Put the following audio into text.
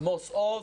עמוס עוז,